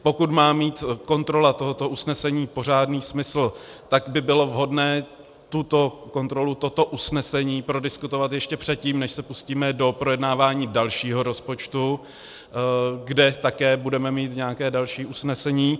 Pokud má mít kontrola tohoto usnesení pořádný smysl, tak by bylo vhodné tuto kontrolu, toto usnesení prodiskutovat ještě předtím, než se pustíme do projednávání dalšího rozpočtu, kde také budeme mít nějaká další doprovodná usnesení.